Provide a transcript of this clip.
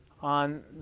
on